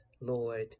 Lord